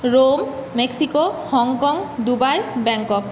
Rome Mexico Hong Kong Dubai Bangkok